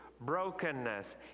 brokenness